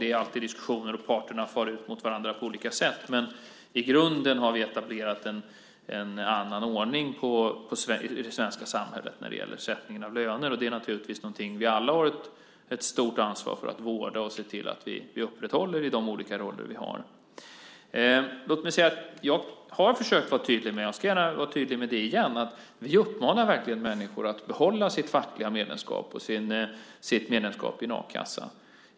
Det är alltid diskussioner, och parterna far ut mot varandra på olika sätt. Men i grunden har vi etablerat en annan ordning i det svenska samhället när det gäller lönesättningen. Det är naturligtvis någonting vi alla har ett stort ansvar för att vårda och se till att vi upprätthåller i de olika roller vi har. Jag har försökt att vara tydlig, men jag ska gärna vara det igen. Vi uppmanar verkligen människor att behålla sitt fackliga medlemskap och sitt medlemskap i en a-kassa.